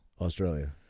Australia